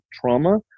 trauma